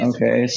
Okay